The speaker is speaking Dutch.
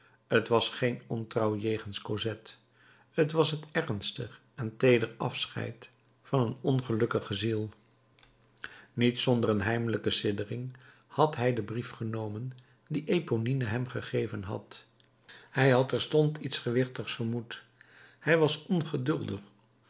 t was geen ontrouw jegens cosette t was het ernstig en teeder afscheid van een ongelukkige ziel niet zonder eene heimelijke siddering had hij den brief genomen dien eponine hem gegeven had hij had terstond iets gewichtigs vermoed hij was ongeduldig